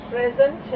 Present